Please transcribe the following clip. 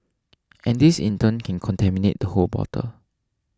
and this in turn can contaminate the whole bottle